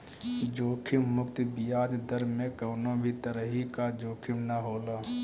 जोखिम मुक्त बियाज दर में कवनो भी तरही कअ जोखिम ना होला